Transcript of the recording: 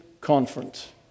Conference